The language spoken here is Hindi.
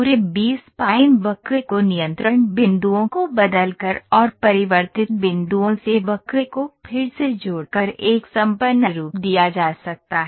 पूरे बी स्पाइन वक्र को नियंत्रण बिंदुओं को बदलकर और परिवर्तित बिंदुओं से वक्र को फिर से जोड़कर एक संपन्न रूप दिया जा सकता है